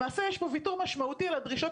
למעשה יש פה ויתור משמעותי על הדרישות